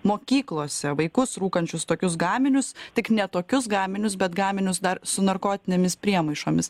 mokyklose vaikus rūkančius tokius gaminius tik ne tokius gaminius bet gaminius dar su narkotinėmis priemaišomis